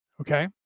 Okay